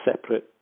separate